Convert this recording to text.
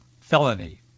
felony